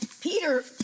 Peter